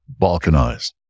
balkanized